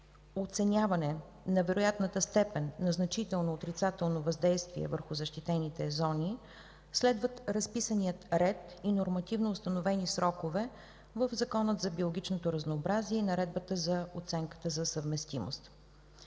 оценяване на вероятната степен на значително отрицателно въздействие върху защитените зони, следват разписания ред и нормативно установени срокове в Закона за биологичното разнообразие и Наредбата за оценката за съвместимост.